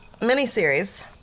Miniseries